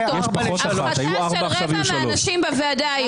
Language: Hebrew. הפחתה של רבע מהנשים בוועדה היום.